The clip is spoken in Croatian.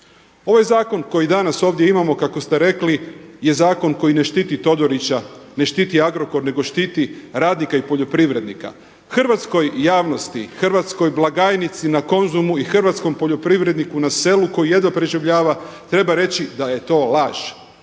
Ovaj zakon koji danas ovdje imamo kako ste rekli je zakon koji ne štiti Todorića, ne štiti Agrokor nego štiti radnika i poljoprivrednika. Hrvatskoj javnosti, hrvatskoj blagajnici na Konzumu i hrvatskom poljoprivredniku na selu koji jedva preživljava treba reći da je to laž.